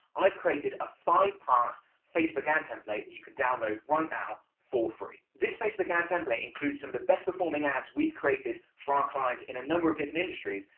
i've created a five part facebook ad template that you can download right now for free. this facebook ad template includes some of the best performing ads we've created for our clients in a number of different industries,